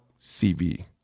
CV